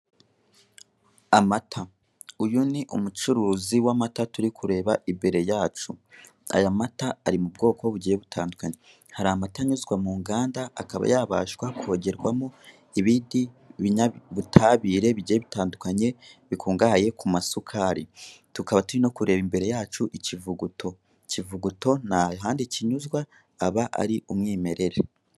Amata. Uyu ni umucuruzi w'amata turi kureba imbere yacu. Aya mata ari mu bwoko bugiye butandukanye, hari amata anyuzwa mu nganda akaba yabasha kongerwamo ibindi binyabutabire bigiye bitandukanye, bikungahaye ku masukari. Tukaba turi no kureba imbere yacu ikivuguto. Ikivuguto ntahandi kinyuzwa aba ari umwimerere.